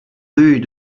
rue